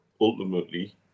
ultimately